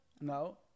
No